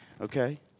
Okay